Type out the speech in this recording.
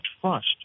trust